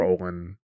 Owen